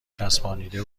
چسبانیده